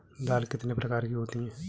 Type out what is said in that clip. दाल कितने प्रकार की होती है?